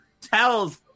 tells